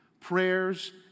prayers